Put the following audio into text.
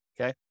Okay